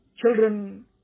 children